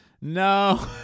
No